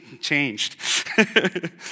Changed